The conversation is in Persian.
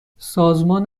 سازمان